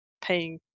paying